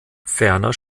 ferner